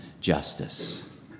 justice